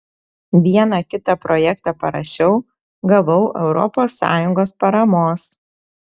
vieną kitą projektą parašiau gavau europos sąjungos paramos